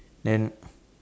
then